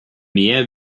meer